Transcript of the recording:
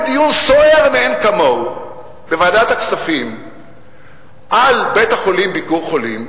בדיון סוער מאין כמוהו בוועדת הכספים על בית-החולים "ביקור חולים"